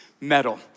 medal